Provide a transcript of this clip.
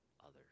others